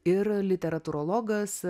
ir literatūrologas